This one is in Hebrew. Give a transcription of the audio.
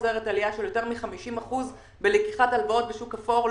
כשזה נגמר יש עלייה של יותר מ-50 אחוזים בלקיחת הלוואות בשוק האפור.